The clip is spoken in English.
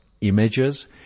images